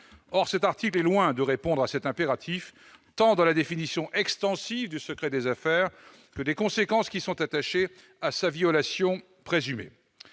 Or cet article est loin de répondre à cet impératif, tant dans la définition extensive qu'il propose du secret des affaires que dans les conséquences qui sont attachées à sa violation présumée.